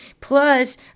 plus